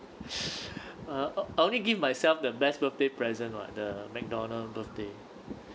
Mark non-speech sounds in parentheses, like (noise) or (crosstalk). (breath) I only give myself the best birthday present what the mcdonald birthday